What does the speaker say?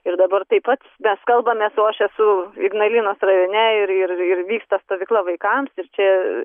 ir dabar taip pat mes kalbamės o aš esu ignalinos rajone ir ir ir vyksta stovykla vaikams ir čia